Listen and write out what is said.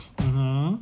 mmhmm